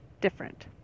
different